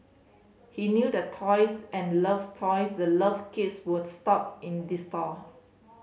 he knew the toys and loves toys the loved kids who would shop in the store